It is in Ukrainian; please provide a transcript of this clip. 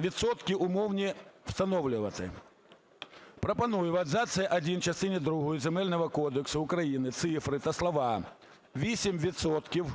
відсотки умовні встановлювати. Пропоную: "В абзаці один частини другої Земельного кодексу України цифри та слова "8